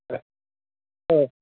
ಹಾಂ ಹಾಂ